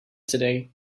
today